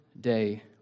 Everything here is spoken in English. day